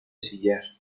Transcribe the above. sillar